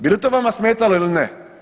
Bi li to vama smetalo ili ne?